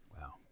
Wow